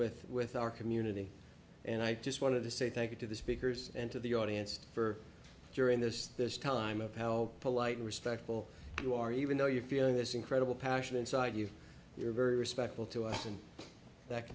with with our community and i just wanted to say thank you to the speakers and to the audience for during this this time of help polite respectful you are even though you're feeling this incredible passion inside you you're very respectful to us and that